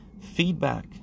Feedback